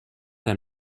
hem